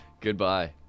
Goodbye